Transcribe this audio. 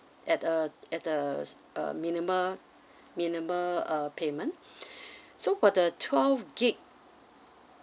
at a at a a minimal minimal uh payment so for the twelve gig~